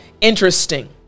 Interesting